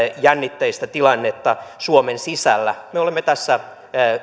jännitteistä tilannetta suomen sisällä me olemme tässä